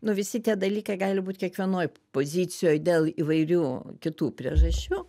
nu visi tie dalykai gali būt kiekvienoj pozicijoj dėl įvairių kitų priežasčių